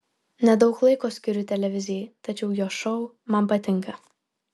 nedaug laiko skiriu televizijai tačiau jo šou man patinka